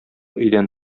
өйдән